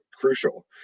crucial